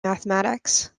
mathematics